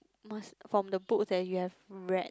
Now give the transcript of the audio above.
must from the book that you have read